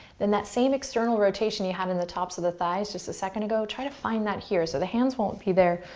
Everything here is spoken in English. then that same external rotation you had in the tops of the thighs just a second ago, try to find that here. so the hands won't be there,